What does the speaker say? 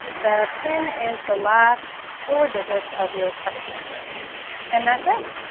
the pin is the last four digits of your card number and that's it!